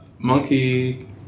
Monkey